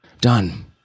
Done